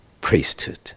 priesthood